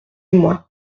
mois